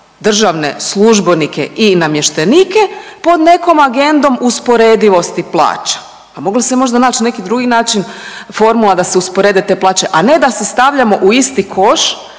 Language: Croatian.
državne službenike i namještenike pod nekom agendom usporedivosti plaća. Pa moglo se možda naći neki drugi način, formula da se usporede te plaće, a ne da se stavljamo u isti koš